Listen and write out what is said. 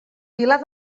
pilar